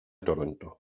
toronto